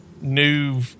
new